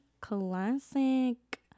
classic